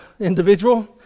Individual